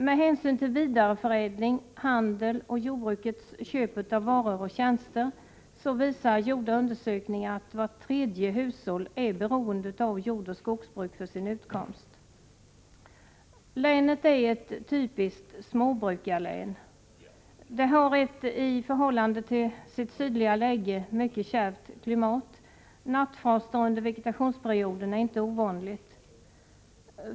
Med hänsyn tagen till vidareförädling, handel och jordbrukets köp av varor och tjänster visar gjorda undersökningar att vart tredje hushåll är beroende av jordoch skogsbruk för sin utkomst. Länet är ett typiskt småbrukarlän. Det har ett i förhållande till sitt sydliga läge mycket kärvt klimat. Nattfroster under vegetationsperioden är inte ovanligt.